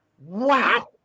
Wow